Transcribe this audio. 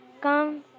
come